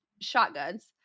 shotguns